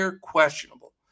questionable